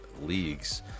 leagues